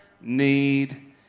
need